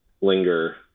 linger